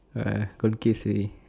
ah gone case already